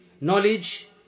knowledge